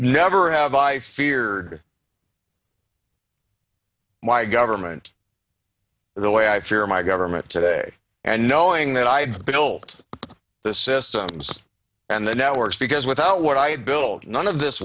never have i feared my government the way i fear my government today and knowing that i had built the systems and the networks because without what i had built none of this